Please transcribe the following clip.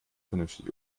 vernünftig